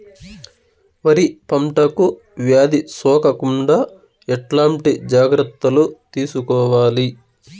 వరి పంటకు వ్యాధి సోకకుండా ఎట్లాంటి జాగ్రత్తలు తీసుకోవాలి?